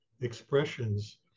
expressions